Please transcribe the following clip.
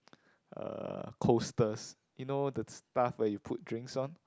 uh coasters you know the stuff where you put drinks on